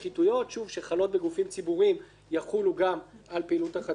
שחלות בגופים ציבוריים - יחולו גם על פעילות החטיבה.